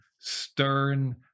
stern